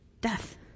death